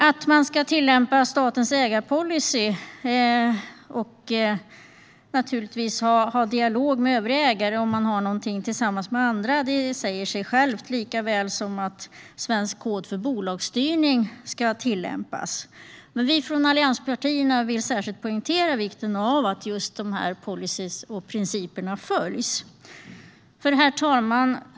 Att man ska tillämpa statens ägarpolicy i dialog med övriga ägare om man äger något tillsammans med andra säger sig självt, liksom att Svensk kod för bolagsstyrning ska tillämpas. Vi i allianspartierna vill särskilt poängtera vikten av att dessa policyer och principer efterföljs. Herr talman!